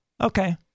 okay